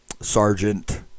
sergeant